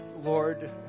Lord